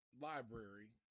library